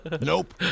Nope